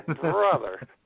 brother